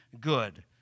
good